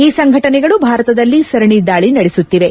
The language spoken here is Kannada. ಈ ಸಂಘಟನೆಗಳು ಭಾರತದಲ್ಲಿ ಸರಣಿ ದಾಳಿ ನಡೆಸುತ್ತಿವೆ